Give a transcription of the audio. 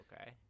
okay